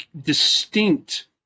distinct